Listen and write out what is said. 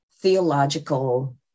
theological